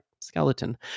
skeleton